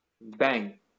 bang